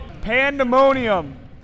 Pandemonium